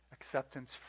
acceptance